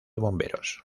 bomberos